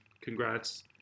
Congrats